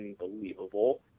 unbelievable